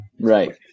right